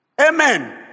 Amen